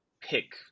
pick